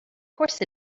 course